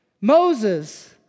Moses